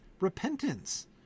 repentance